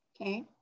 Okay